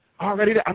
Already